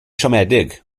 siomedig